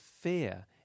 fear